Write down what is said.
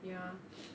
ya